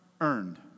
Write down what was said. earned